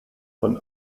von